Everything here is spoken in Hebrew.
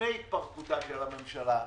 לפני התפרקותה של הממשלה הנוכחית,